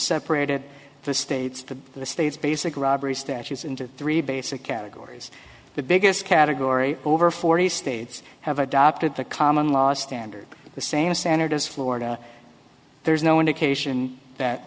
separated the states to the states basic robbery statutes into three basic categories the biggest category over forty states have adopted the common law standard the same standard as florida there's no indication that